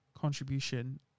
contribution